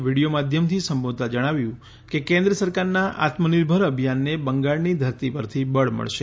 video માધ્યમથી સંબોધતા જણાવ્યું કે કેન્દ્ર સરકારના આત્મનિર્ભર અભિયાનને બંગાળની ધરતી પરથી બળ મળશે